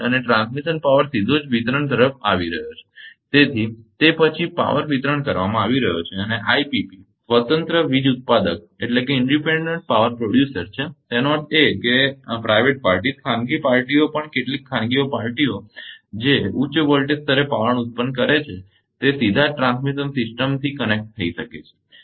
અને transmission power સીધો જ વિતરણ તરફ આવી રહયો છે અને તે પછી પાવર વિતરણ કરવામાં આવી રહ્યો છે અને આઈપીપી સ્વતંત્ર વીજ ઉત્પાદક છે તેનો અર્થ એ કે ખાનગી પાર્ટીઓ પણ કેટલીક ખાનગી પાર્ટીઓ જે ઉચ્ચ વોલ્ટેજ સ્તરે પાવર ઉત્પન્ન કરે છે તે સીધા જ ટ્રાન્સમિશન સિસ્ટમથી કનેક્ટ થઈ શકે છે